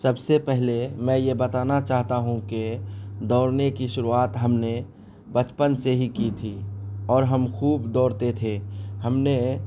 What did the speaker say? سب سے پہلے میں یہ بتانا چاہتا ہوں کہ دوڑنے کی شروعات ہم نے بچپن سے ہی کی تھی اور ہم خوب دوڑتے تھے ہم نے